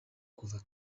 kuva